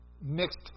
mixed